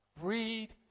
Read